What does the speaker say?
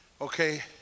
okay